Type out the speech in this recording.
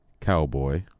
Cowboy